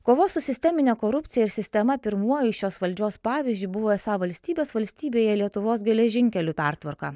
kovos su sistemine korupcija ir sistema pirmuoju šios valdžios pavyzdžiu buvo esą valstybės valstybėje lietuvos geležinkelių pertvarka